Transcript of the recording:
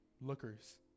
lookers